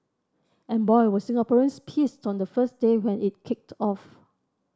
and boy were Singaporeans pissed on the first day when it kicked off